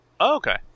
Okay